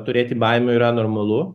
turėti baimių yra normalu